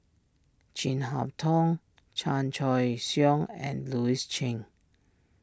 Chin Harn Tong Chan Choy Siong and Louis Chen